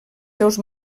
seus